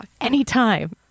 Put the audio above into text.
Anytime